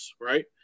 right